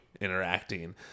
interacting